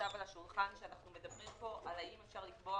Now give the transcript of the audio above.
שעכשיו על השולחן כשאנחנו מדברים פה האם אפשר לקבוע